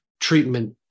treatment